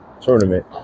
tournament